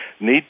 need